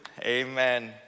Amen